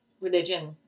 religion